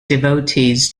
devotees